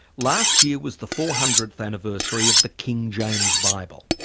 last year was the four hundredth anniversary of the king james bible.